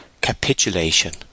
Capitulation